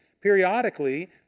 periodically